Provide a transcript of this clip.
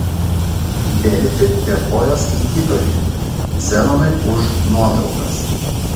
delfi dėkoja skaitytojui zenonui už nuotraukas